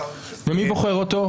ומי בוחר אותו?